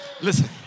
Listen